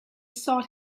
sought